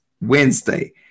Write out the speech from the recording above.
Wednesday